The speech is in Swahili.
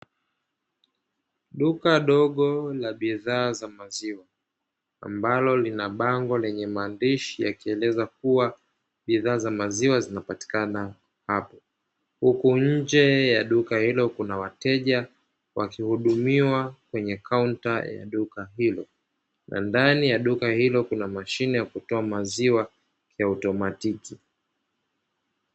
Duka dogo la bidhaa za maziwa, ambalo lina bango lenye maandishi yakieleza kuwa bidhaa za maziwa zinapatikana hapo. Huku nje ya duka hilo kuna wateja, wakihudumiwa kwenye kaunta ya duka hilo. Na ndani ya duka hilo kuna mashine ya kutoa maziwa ya automatiki.